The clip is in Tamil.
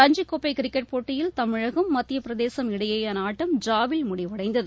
ரஞ்சிக் கோப்பை கிரிக்கெட் போட்டியில் தமிழகம் மத்தியப்பிரதேசம் இடையேயான ஆட்டம் டிராவில் முடிவடைந்தது